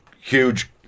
huge